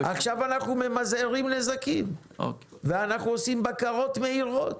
עכשיו אנחנו ממזערים נזקים ועושים בקרות מהירות.